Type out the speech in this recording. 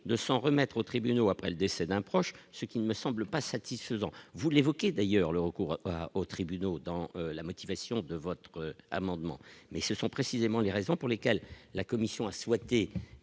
de s'en remettre aux tribunaux après le décès d'un proche, ce qui ne me semble pas satisfaisant, vous l'évoquez d'ailleurs le recours aux tribunaux dans la motivation de votre amendement, mais ce sont précisément les raisons pour lesquelles la commission a souhaité